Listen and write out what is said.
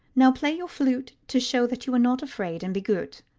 now play your flute to show that you are not afraid and be good.